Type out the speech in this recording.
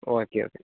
okay okay